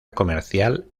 comercial